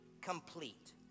complete